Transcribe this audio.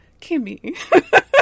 Kimmy